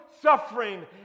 suffering